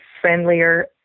friendlier